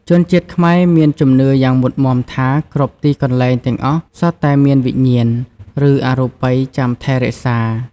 ជនជាតិខ្មែរមានជំនឿយ៉ាងមុតមាំថា គ្រប់ទីកន្លែងទាំងអស់សុទ្ធតែមានវិញ្ញាណ ឬអរូបិយចាំថែរក្សា។